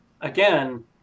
Again